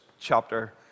chapter